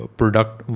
product